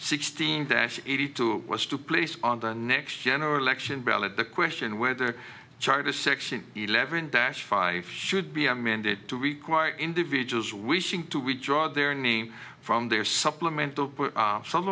sixteen dash eighty two was to place on the next general election ballot the question whether charter section eleven dash five should be amended to require individuals wishing to withdraw their name from their supplemental some